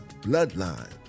bloodline